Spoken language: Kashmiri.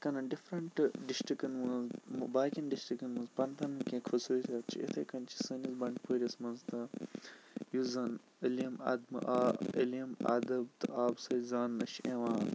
یَتھ کٔنۍ ڈِفرَنٹ ڈسٹرکَن منٛز باقِیَن ڈِسٹرکَن منٛز پَن پَنٕنۍ کیٚنٛہہ خصوٗصِیَت چھ یِتھَے کٔنۍ چھِ سٲنِس بَنٛڈپورِس منٛز تہٕ یُس زَن علِم اَدَب آ علِم اَدَب تہٕ آب سۭتۍ زاننہٕ چھُ یِوان